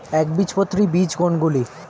একবীজপত্রী বীজ কোন গুলি?